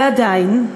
ועדיין,